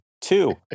two